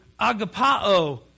agapao